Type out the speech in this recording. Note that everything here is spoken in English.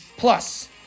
Plus